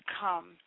come